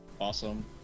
awesome